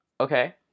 okay